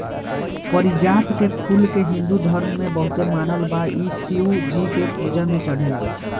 पारिजात के फूल के हिंदू धर्म में बहुते मानल बा इ शिव जी के पूजा में चढ़ेला